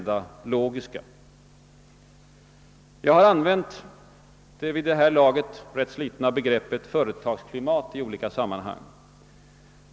Jag har i flera sammanhang använt det vid detta laget rätt slitna begreppet företagsklimat.